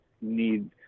need